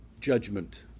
judgment